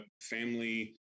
family